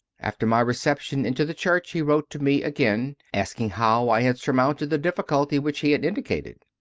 after my reception into the church he wrote to me again, asking how i had surmounted the difficulty which he had indicated.